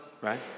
right